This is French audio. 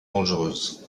dangereuse